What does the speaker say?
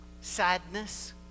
sadness